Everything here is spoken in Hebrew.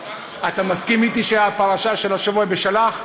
אתה מסכים אתי שהפרשה של השבוע היא בשלח?